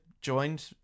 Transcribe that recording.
joined